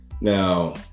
Now